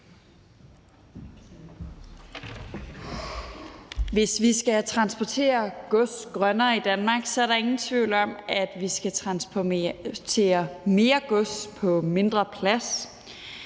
Hvis vi skal transportere gods grønnere i Danmark, er der ingen tvivl om, at vi skal transportere mere gods på mindre plads.